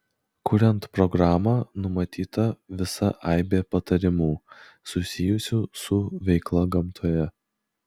kuriant programą numatyta visa aibė patarimų susijusių su veikla gamtoje